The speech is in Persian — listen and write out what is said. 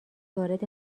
وارد